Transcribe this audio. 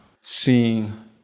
seeing